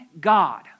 God